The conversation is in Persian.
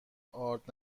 آرد